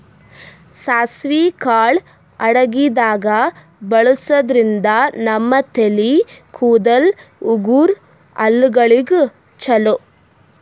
ಸಾಸ್ವಿ ಕಾಳ್ ಅಡಗಿದಾಗ್ ಬಳಸಾದ್ರಿನ್ದ ನಮ್ ತಲೆ ಕೂದಲ, ಉಗುರ್, ಹಲ್ಲಗಳಿಗ್ ಛಲೋ